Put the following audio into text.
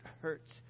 hurts